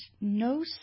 no